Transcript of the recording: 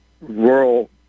rural